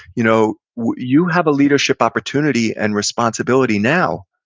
you know you have a leadership opportunity and responsibility now.